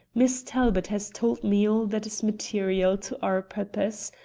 miss talbot has told me all that is material to our purpose.